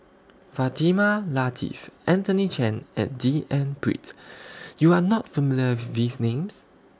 Fatimah Lateef Anthony Chen and D N Pritt YOU Are not familiar with These Names